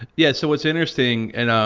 yes, so what's interesting, and um